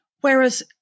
whereas